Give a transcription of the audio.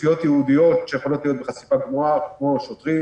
אוכלוסיות ייעודיות שיכולות להיות בחשיפה גבוהה כמו שוטרים